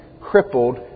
crippled